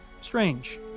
Strange